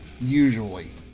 usually